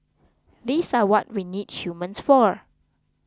these are what we need humans for